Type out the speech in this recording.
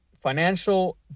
financial